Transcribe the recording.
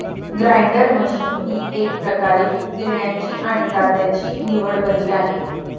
grinder machine ही एकप्रकारे गिरण्यांची आणि जात्याची निवड बनली आहे